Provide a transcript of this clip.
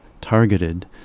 targeted